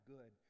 Good